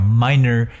minor